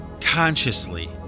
consciously